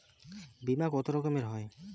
বিমা কত রকমের হয়?